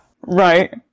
Right